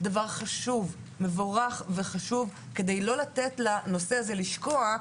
הם דבר מבורך וחשוב כדי שהנושא הזה לא ישקע,